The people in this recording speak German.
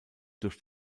durch